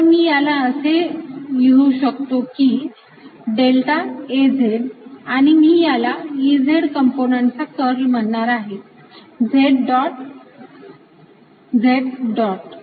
तर मी याला असे लिहू शकतो की डेल्टा Az आणि मी याला Ez कंपोनंटचा कर्ल म्हणणार आहे z डॉट z डॉट